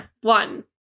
One